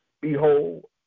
Behold